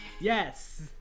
Yes